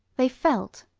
they felt,